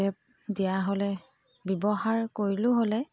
tap দিয়া হ'লে ব্যৱহাৰ কৰিলোঁ হ'লে